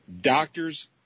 Doctors